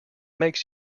makes